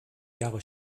jahre